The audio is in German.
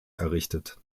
errichtet